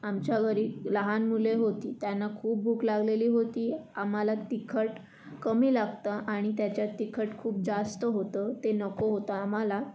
आमच्या घरी लहान मुले होती त्यांना खूप भूक लागलेली होती आम्हाला तिखट कमी लागतं आणि त्याच्यात तिखट खूप जास्त होतं ते नको होतं आम्हाला